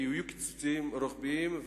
כי יהיו קיצוצים רוחביים,